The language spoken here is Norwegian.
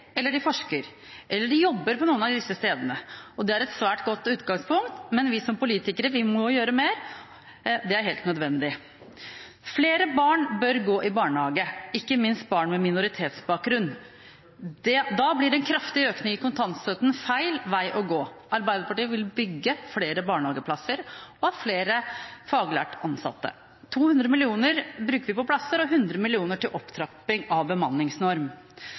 eller forsker – eller de jobber på noen av disse stedene. Det er et svært godt utgangspunkt, men vi som politikere må gjøre mer. Det er helt nødvendig. Flere barn bør gå i barnehage, ikke minst barn med minoritetsbakgrunn. Da blir en kraftig økning i kontantstøtten feil vei å gå. Arbeiderpartiet vil bygge flere barnehageplasser og ha flere faglærte ansatte: 200 mill. kr bruker vi til plasser, og 100 mill. kr til opptrapping av en bemanningsnorm.